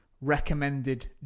recommended